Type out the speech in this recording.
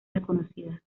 desconocida